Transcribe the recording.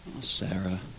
Sarah